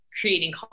creating